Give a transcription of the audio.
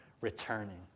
returning